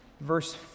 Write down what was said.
Verse